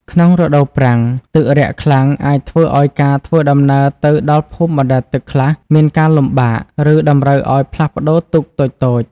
ក្នុងរដូវប្រាំង ទឹករាក់ខ្លាំងអាចធ្វើឱ្យការធ្វើដំណើរទៅដល់ភូមិបណ្ដែតទឹកខ្លះមានការលំបាក ឬតម្រូវឱ្យផ្លាស់ប្ដូរទូកតូចៗ។